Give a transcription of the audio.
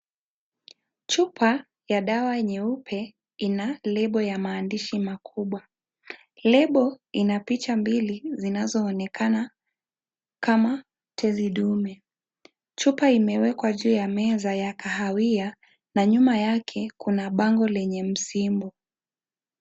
Chupa ya dawa nyeupe, ina lebo ya maandishi makubwa. Lebo ina picha mbili zinazoonekana kama, tezi dume. Chupa imewekwa juu ya meza ya kahawia na nyuma yake kuna bango lenye msimbo.